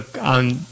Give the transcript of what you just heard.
on